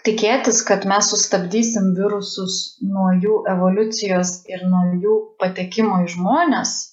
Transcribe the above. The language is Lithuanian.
tikėtis kad mes sustabdysim virusus nuo jų evoliucijos ir nuo jų patekimo į žmones